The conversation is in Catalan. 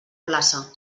plaça